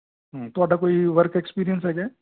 ਹਮ ਤੁਹਾਡਾ ਕੋਈ work experience ਹੈਗਾ